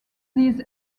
these